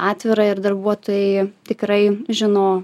atvira ir darbuotojai tikrai žino